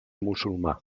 musulmà